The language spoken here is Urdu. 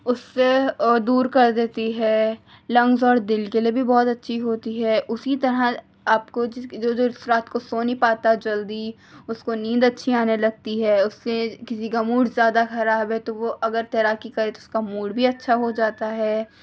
اس سے دور کر دیتی ہے لنگس اور دل کے لیے بھی بہت اچھی ہوتی ہے اسی طرح آپ کو جو جو رات کو سو نہیں پاتا جلدی اس کو نیند اچھی آنے لگتی ہے اس سے کسی کا موڈ زیادہ خراب ہے تو وہ اگر تیراکی کرے تو اس کا موڈ بھی اچھا ہو جاتا ہے